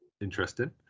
interesting